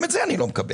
גם את זה אני לא מקבל.